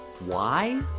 why?